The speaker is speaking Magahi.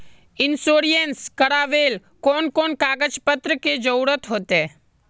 इंश्योरेंस करावेल कोन कोन कागज पत्र की जरूरत होते?